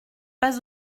pas